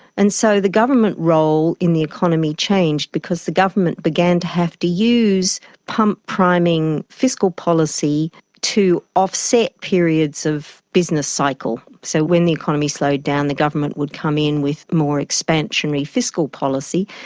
and so the government role in the economy changed because the government began to have to use pump-priming fiscal policy to offset periods of business cycle. so when the economy slowed down the government would come in with more expansionary fiscal policy,